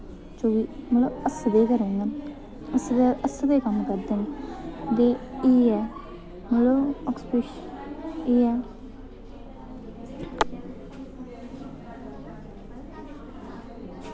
चौह्बी मतलब हसदे गै रौह्ङन हसदे हसदे कम्म करदे न ते एह् ऐ मतलब एह् ऐ